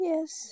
Yes